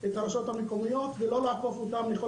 את הרשויות המקומיות ולא לעקוף אותן מכל